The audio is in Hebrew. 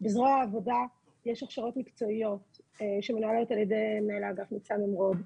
בזרוע העבודה יש הכשרות מקצועיות שמנוהלת על ידי מנהל האגף ניצן ממרוד.